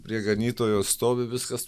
prie ganytojo stovi viskas